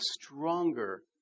stronger